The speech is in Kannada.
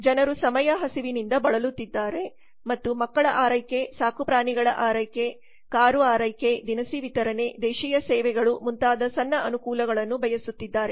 ಜನರು ಸಮಯ ಹಸಿವಿನಿಂದ ಬಳಲುತ್ತಿದ್ದಾರೆ ಮತ್ತು ಮಕ್ಕಳ ಆರೈಕೆ ಸಾಕುಪ್ರಾಣಿಗಳ ಆರೈಕೆ ಕಾರು ಆರೈಕೆ ದಿನಸಿ ವಿತರಣೆ ದೇಶೀಯ ಸೇವೆಗಳು ಮುಂತಾದ ಸಣ್ಣ ಅನುಕೂಲಗಳನ್ನು ಬಯಸುತ್ತಿದ್ದಾರೆ